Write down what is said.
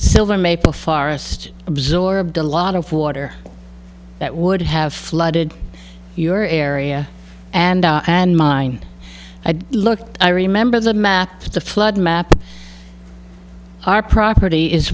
silver maple forest absorbed a lot of water that would have flooded your area and and mine look i remember the map to the flood map our property is